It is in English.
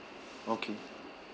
okay